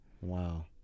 Wow